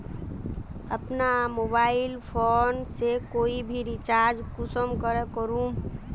अपना mobile phone से कोई भी रिचार्ज कुंसम करे करूम?